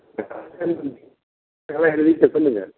வெங்காயம் எழுதிவிட்டேன் சொல்லுங்கள்